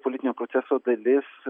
politinio proceso dalis